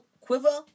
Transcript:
quiver